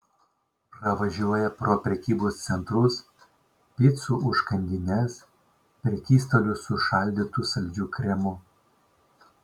pravažiuoja pro prekybos centrus picų užkandines prekystalius su šaldytu saldžiu kremu